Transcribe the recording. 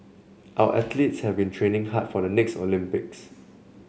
our athletes have been training hard for the next Olympics